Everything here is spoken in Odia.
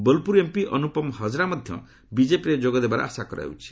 ବୋଲପୁର ଏମ୍ପି ଅନୁପମ ହଜରା ମଧ୍ୟ ବିଜେପିରେ ଯୋଗ ଦେବାର ଆଶା କରାଯାଉଛି